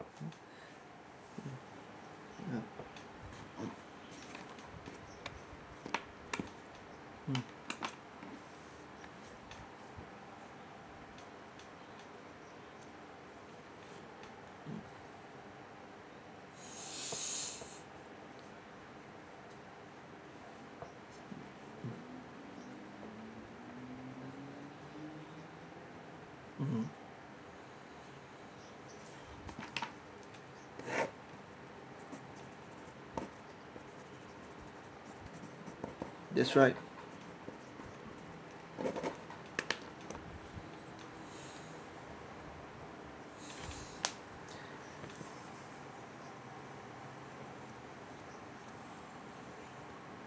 ya mm mmhmm that's right